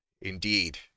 indeed